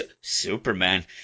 Superman